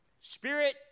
spirit